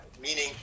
meaning